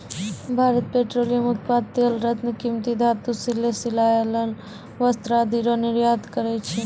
Bharat petroleum उत्पाद तेल रत्न कीमती धातु सिले सिलायल वस्त्र आदि रो निर्यात करै छै